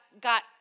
got